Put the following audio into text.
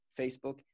Facebook